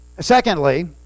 Secondly